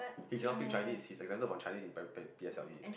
he cannot speak Chinese he is exempted from Chinese in prima~ P_S_L_E